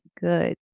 good